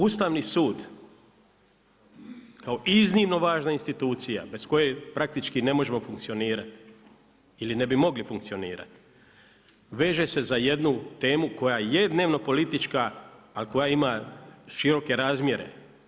Ustavni sud kao iznimno važna institucija bez koje praktički ne možemo funkcionirati ili ne bi mogli funkcionirati veže se za jednu temu koja je dnevnopolitička, ali koja ima široke razmjere.